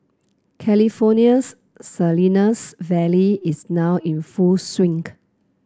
California's Salinas Valley is now in full swink